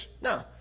No